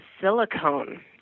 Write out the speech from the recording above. silicone